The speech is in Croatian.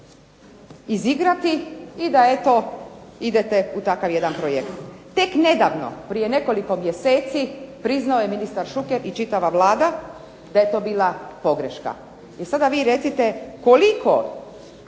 izigrati, i da eto idete u takav jedan projekt. Tek nedavno prije nekoliko mjeseci priznao je ministar Šuker i čitava Vlada da je to bila pogreška. I sada vi recite koliko,